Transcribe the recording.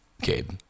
Gabe